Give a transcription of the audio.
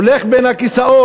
הולך בין הכיסאות,